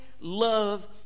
love